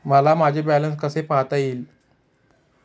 मला माझे बॅलन्स कसे पाहता येईल?